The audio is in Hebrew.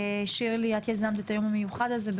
שירלי את יזמת את היום המיוחד הזה,